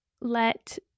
let